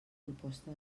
proposta